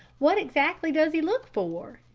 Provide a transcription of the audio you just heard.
what exactly does he look for?